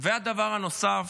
והדבר הנוסף,